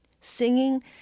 singing